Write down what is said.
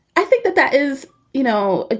i think that that is you know,